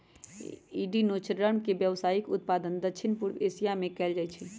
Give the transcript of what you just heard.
echinoderm के व्यावसायिक उत्पादन दक्षिण पूर्व एशिया में कएल जाइ छइ